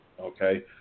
okay